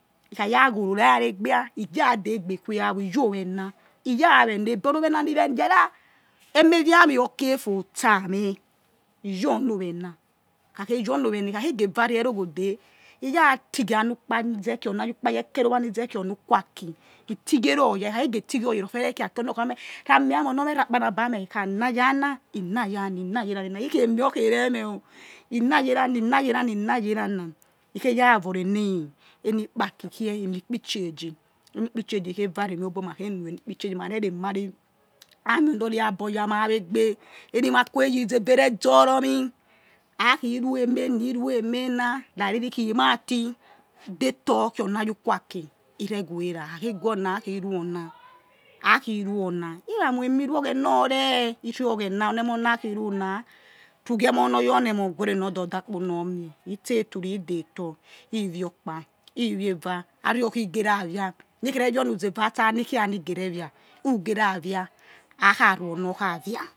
Ikharaghorora eregbia igera degbe khua yawor iyowena iyawenegbe onewena niyera emewiameh okhiefotsai meh iyonowena ikheyonowena ikhakhegevare eroghode̱ iyatige̱ yo ayio owa̱ nizakheoni uquaki itigheroya irofiere khio aki ona̱ okhayome kra ame ya me̱ ona ome kra akpanaba yame ikha na ya he̱ na yerana ikheme or khe re̱ me̱ o̱ he̱ na ye ra na̱ he̱ na̱ ye̱ ra na̱ he̱ kheya voreni ikpaki ni khei he̱ moi ikpi chaigi e̱khevare meh obor ma khe noi eni̱ ikpi changi eni̱ ikpi changi ekhevare meh obor ma re rey emare amionore agbor yor mai egbe enimakhe ye ezeva ere zoromi akhi rue emena he rue emena rari ri khi mati detor khio ona you̱ quaki irewera ah kha khe gue ona ha khirue ona na khirue ona iramuemiru oghena or re̱ he̱ you̱ oghena oni emoh na khi ru na ru ghiemor nor yor ne̱ emoh guere no dorda kpo nor mie itseturi he̱ detor he̱ vior okpa he̱ vior eva ariokhge ra via ni khe revior oni̱ ze̱ va ni̱ khe revior oni ze va ha tsa̱ ni khia ni̱ gerevia who̱ gera̱ via ha kha rue onokhavia̱.